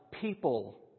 people